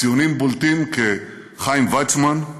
ציונים בולטים, כחיים ויצמן,